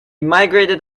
migrated